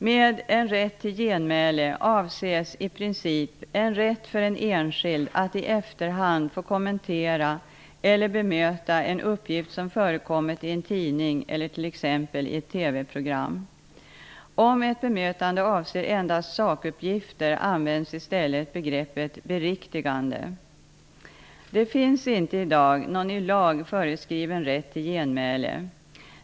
Med en rätt till genmäle avses i princip en rätt för en enskild att i efterhand få kommentera eller bemöta en uppgift som förekommit i en tidning eller t.ex. i ett TV-program. Om ett bemötande avser endast sakuppgifter används i stället begreppet beriktigande. Det finns inte i dag någon i lag föreskriven rätt till genmäle.